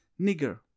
Nigger